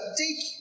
take